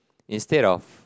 instead of